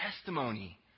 testimony